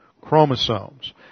chromosomes